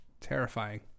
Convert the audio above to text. Terrifying